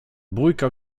bójka